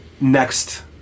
next